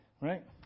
right